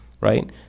right